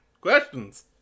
Questions